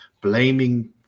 blaming